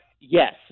Yes